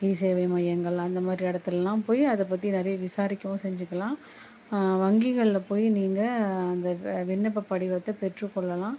இ சேவை மையங்கள் அந்தமாதிரி இடத்துலலாம் போய் அதை பற்றி நிறைய விசாரிக்கவும் செஞ்சுக்கலாம் வங்கிகளில் போய் நீங்கள் அந்த விண்ணப்பப் படிவத்தை பெற்றுக் கொள்ளலாம்